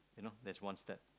you know that's one step